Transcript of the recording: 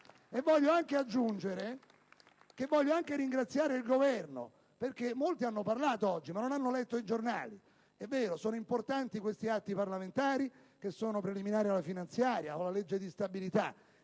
Voglio anche aggiungere che ringrazio il Governo, perché molti hanno parlato oggi ma non hanno letto i giornali. È vero, sono importanti questi atti parlamentari preliminari alla finanziaria, o meglio, alla legge di stabilità.